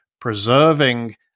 preserving